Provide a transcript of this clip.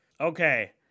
Okay